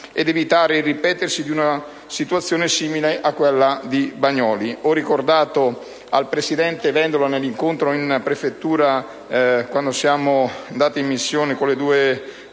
ed evitare il ripetersi di una situazione simile a quella di Bagnoli. Ho ricordato al presidente Vendola, nell'incontro che ha avuto luogo in prefettura quando siamo andati in missione con le due